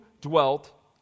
dwelt